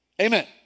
Amen